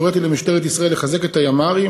הוריתי למשטרת ישראל לחזק את הימ"רים,